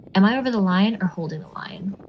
am i over the line or holding the line?